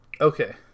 Okay